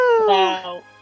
Wow